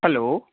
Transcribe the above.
hello